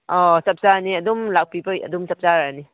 ꯑꯣ ꯆꯞ ꯆꯥꯔꯅꯤ ꯑꯗꯨꯝ ꯂꯥꯛꯄꯤꯕ ꯑꯗꯝ ꯆꯞ ꯆꯥꯔꯅꯤ